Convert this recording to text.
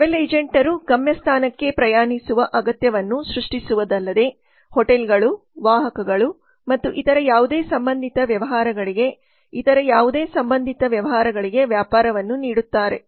travel ಏಜೆಂಟರು ಗಮ್ಯಸ್ಥಾನಕ್ಕೆ ಪ್ರಯಾಣಿಸುವ ಅಗತ್ಯವನ್ನು ಸೃಷ್ಟಿಸುವುದಲ್ಲದೆ ಹೋಟೆಲ್ಗಳು ವಾಹಕಗಳು ಮತ್ತು ಇತರ ಯಾವುದೇ ಸಂಬಂಧಿತ ವ್ಯವಹಾರಗಳಿಗೆ ಇತರ ಯಾವುದೇ ಸಂಬಂಧಿತ ವ್ಯವಹಾರಗಳಿಗೆ ವ್ಯಾಪಾರವನ್ನು ನೀಡುತ್ತಾರೆ